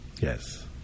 Yes